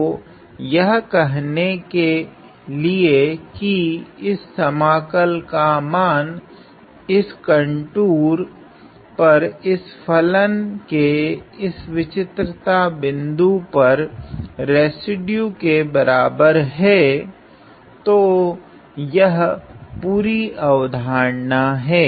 तो यह कहने के लिए की इस समाकल का मान इस कंटूर पर इस फलन के इस विचित्रता बिन्दु पर रेसिड्यू के बराबर हैं तो यह पूरी अवधारणा हैं